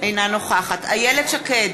אינה נוכחת איילת שקד,